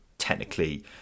technically